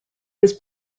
was